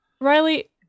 Riley